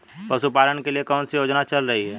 पशुपालन के लिए कौन सी योजना चल रही है?